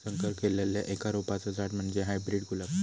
संकर केल्लल्या एका रोपाचा झाड म्हणजे हायब्रीड गुलाब